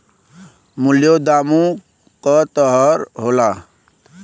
मूल्यों दामे क तरह होला